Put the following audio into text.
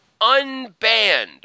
unbanned